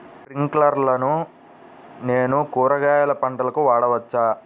స్ప్రింక్లర్లను నేను కూరగాయల పంటలకు వాడవచ్చా?